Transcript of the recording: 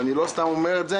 ואני לא סתם אומר את זה,